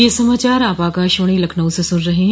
ब्रे क यह समाचार आप आकाशवाणी लखनऊ से सुन रहे हैं